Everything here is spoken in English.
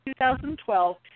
2012